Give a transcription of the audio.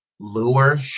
lure